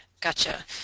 Gotcha